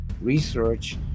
research